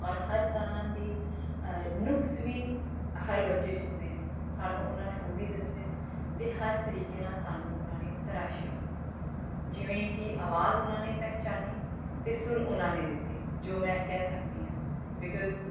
ਔਰ ਹਰ ਤਰ੍ਹਾਂ ਦੇ ਨੁਕਸ ਵੀ ਹਰ ਬੱਚੇ 'ਚ ਹੁੰਦੇ ਨੇ ਸਾਨੂੰ ਉਹਨਾਂ ਨੇ ਉਹ ਵੀ ਦੱਸਿਆ ਅਤੇ ਹਰ ਤਰੀਕੇ ਨਾਲ ਸਾਨੂੰ ਉਹਨਾਂ ਨੇ ਤਰਾਸ਼ਿਆ ਜਿਵੇਂ ਕਿ ਆਵਾਜ਼ ਉਹਨਾਂ ਨੇ ਪਹਿਚਾਨੀ ਅਤੇ ਸੁਰ ਉਹਨਾਂ ਨੇ ਦਿੱਤੇ ਜੋ ਮੈਂ ਕਹਿ ਸਕਦੀ ਹਾਂ ਬਿਕੋਜ਼